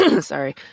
Sorry